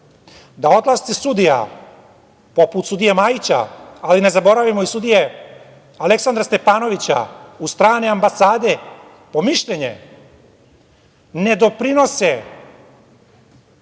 da odlasci sudija poput sudije Majića, ali ne zaboravimo, i sudije Aleksandra Stepanovića u strane ambasade po mišljenje ne doprinose